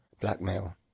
blackmail